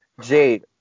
jade